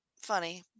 funny